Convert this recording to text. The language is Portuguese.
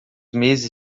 meses